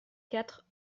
quatre